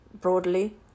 broadly